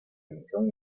televisión